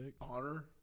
honor